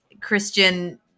Christian